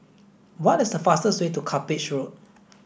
what is the fastest way to Cuppage Road